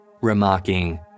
remarking